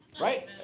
right